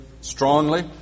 strongly